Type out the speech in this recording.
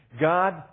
God